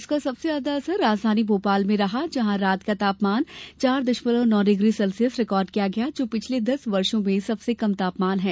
इसका सबसे ज्यादा असर राजधानी भोपाल में रहा जहां रात का तापमान चार दशमलव नौ डिग्री सेल्सियस रिकार्ड किया गया जो पिछले दस वर्षो में सबसे कम तापमान है